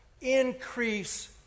increase